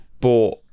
bought